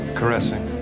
caressing